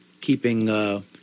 keeping